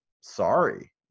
sorry